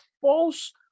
false